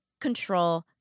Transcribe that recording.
Control